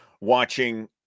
watching